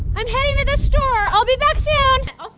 i'm heading to the store. i'll be back soon. i'll